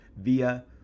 via